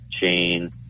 chain